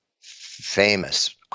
famous